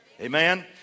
Amen